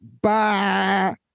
Bye